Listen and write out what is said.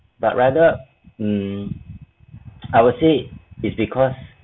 but rather mm I would say it's because